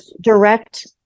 direct